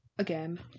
again